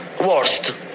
worst